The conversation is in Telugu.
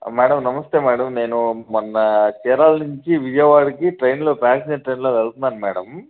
మేడం నమస్తే మేడం నేను మొన్న చీరాల నుంచి విజయవాడకి ట్రైన్లో బ్యాక్ సెంటర్లో వెళుతున్నాను మేడం